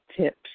tips